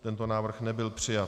Tento návrh nebyl přijat.